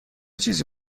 چیزی